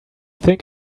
think